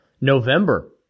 November